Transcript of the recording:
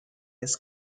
his